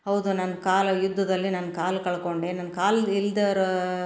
ಹೌದು ನಾನು ಕಾಲು ಯುದ್ಧದಲ್ಲಿ ನನ್ನ ಕಾಲು ಕಳ್ಕೊಂಡೆ ನನ್ನ ಕಾಲು ಇಲ್ದಿರೋ